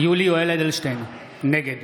יולי יואל אדלשטיין, נגד